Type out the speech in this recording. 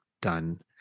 done